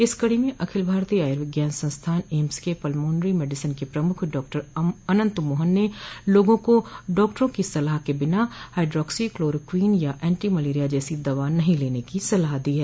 इस कड़ी में अखिल भारतीय आयुर्विज्ञान संस्थान एम्स के पल्मोनरी मेडिसिन के प्रमुख डॉ अनंत मोहन ने लोगों को डॉक्टरों की सलाह के बिना हाइडोक्सीक्लोरोक्वीन या एंटी मलेरिया जैसी दवा नहीं लेने की सलाह दी है